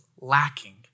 lacking